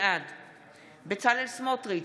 בעד בצלאל סמוטריץ'